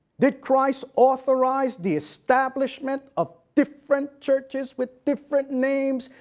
did christ authorize the establishment of different churches with different names,